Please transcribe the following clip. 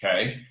okay